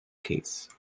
case